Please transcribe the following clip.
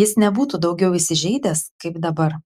jis nebūtų daugiau įsižeidęs kaip dabar